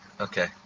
Okay